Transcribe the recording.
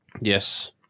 Yes